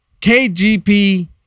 KGP